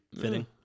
fitting